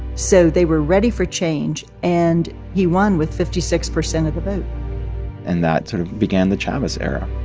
so they were ready for change. and he won with fifty six percent of the the and that sort of began the chavez era